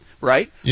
Right